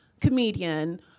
comedian